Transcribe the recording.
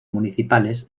municipales